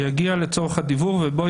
שהוא יכול לבצע את הפעולה בדואר אלקטרוני,